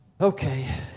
Okay